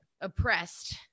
oppressed